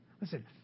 Listen